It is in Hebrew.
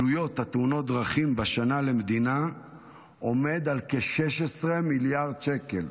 עלויות תאונות הדרכים בשנה למדינה עומדות על כ-16 מיליארד שקל,